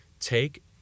take